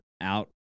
out